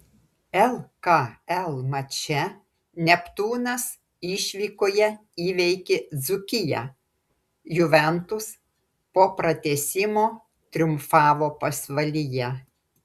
lkl mače neptūnas išvykoje įveikė dzūkiją juventus po pratęsimo triumfavo pasvalyje